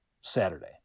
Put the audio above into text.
Saturday